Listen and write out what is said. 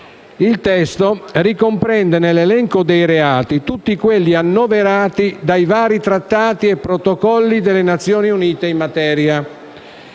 Il testo ricomprende nell'elenco dei reati tutti quelli annoverati dai vari trattati e protocolli delle Nazioni Unite in materia.